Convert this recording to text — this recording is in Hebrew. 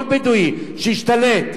כל בדואי שהשתלט,